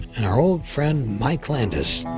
and our old friend mike landis,